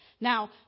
now